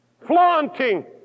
flaunting